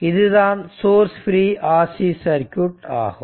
இதுதான் source free RC circuit ஆகும்